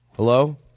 Hello